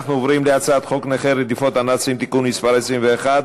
ואנחנו עוברים להצעת חוק נכי רדיפות הנאצים (תיקון מס' 21)